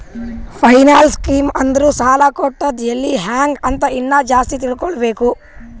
financial scheme ಅಂದುರ್ ಸಾಲ ಕೊಡದ್ ಎಲ್ಲಿ ಹ್ಯಾಂಗ್ ಅಂತ ಇನ್ನಾ ಜಾಸ್ತಿ ತಿಳ್ಕೋಬೇಕು